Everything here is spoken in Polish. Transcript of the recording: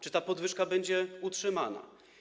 Czy ta podwyżka będzie utrzymana?